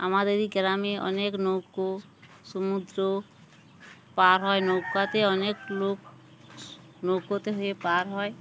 আমাদের এই গ্রামে অনেক নৌকো সমুদ্র পার হয় নৌকাতে অনেক লোক নৌকোতে হয়ে পার হয়